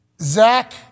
Zach